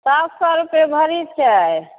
सात सए रुपये भरी छै